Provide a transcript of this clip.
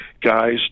guys